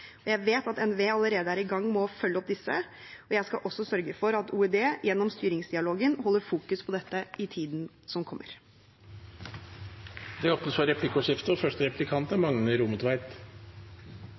Jeg vet at NVE allerede er i gang med å følge opp disse, og jeg skal også sørge for at Olje- og energidepartementet gjennom styringsdialogen fokuserer på dette i tiden som kommer. Det blir replikkordskifte. Arbeidarpartiet ynskjer ein totalberedskapskommisjon. Det handlar om å sjå risiko og